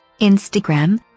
Instagram